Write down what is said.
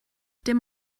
dim